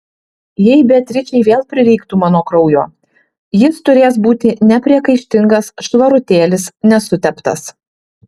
jei beatričei vėl prireiktų mano kraujo jis turės būti nepriekaištingas švarutėlis nesuteptas